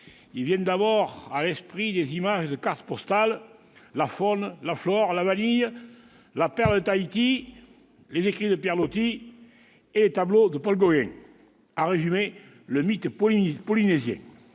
viennent d'abord à l'esprit des images de carte postale, la faune et la flore, la vanille, la perle de Tahiti, les écrits de Pierre Loti et les tableaux de Paul Gauguin. Voilà, en résumé, le mythe polynésien.